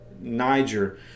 niger